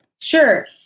Sure